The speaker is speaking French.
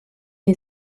est